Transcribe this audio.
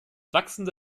wachsende